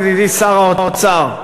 ידידי שר האוצר,